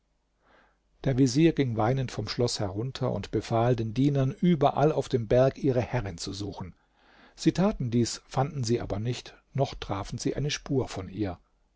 der vezier ging weinend vom schloß herunter und befahl den dienern überall auf dem berg ihre herrin zu suchen sie taten dies fanden sie aber nicht noch trafen sie eine spur von ihr